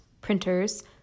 printers